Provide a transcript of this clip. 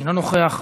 אינו נוכח,